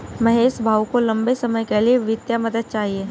महेश भाऊ को लंबे समय के लिए वित्तीय मदद चाहिए